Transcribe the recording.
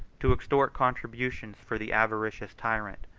to extort contributions for the avaricious tyrant,